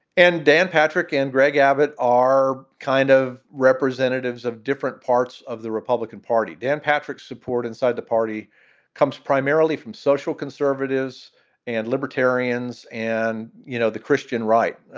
and dan patrick and greg abbott are kind of representatives of different parts of the republican party. dan patrick, support inside the party comes primarily from social conservatives and libertarians and, you know, the christian right.